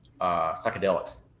psychedelics